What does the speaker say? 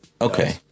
Okay